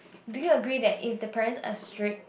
do you agree that if the parent are strict